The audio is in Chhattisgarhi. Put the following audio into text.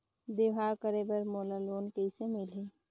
बिहाव करे बर मोला लोन कइसे मिलही?